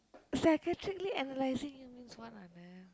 secretarially analysing it means what Anand